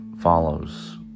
follows